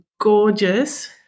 gorgeous